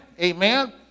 amen